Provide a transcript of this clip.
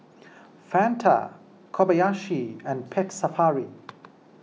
Fanta Kobayashi and Pet Safari